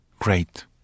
Great